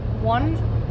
one